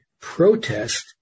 protest